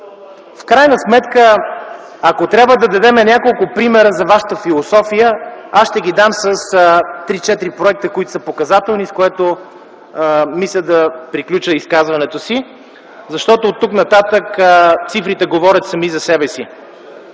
В крайна сметка, ако трябва да дадем няколко примера за вашата философия, аз ще ги дам с 3-4 проекта, които са показателни, с което мисля да приключа изказването си, защото оттук нататък цифрите говорят сами за себе си.